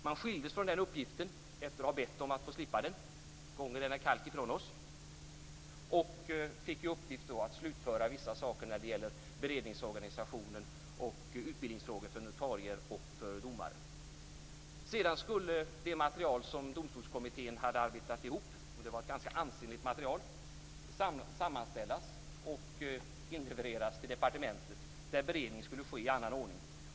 Man skildes från denna uppgift efter att ha bett att få slippa den - gånge denna kalk ifrån oss. Man fick i uppgift att slutföra vissa saker när det gäller beredningsorganisationen och utbildningsfrågor för notarier och domare. Sedan skulle det material som Domstolskommittén hade arbetat ihop, och det var ett ganska ansenligt material, sammanställas och inlevereras till departementet. Där skulle beredning ske i annan ordning.